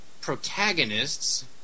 protagonists